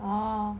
oh